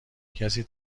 کسی